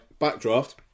Backdraft